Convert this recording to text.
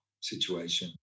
situation